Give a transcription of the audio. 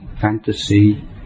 fantasy